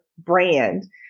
brand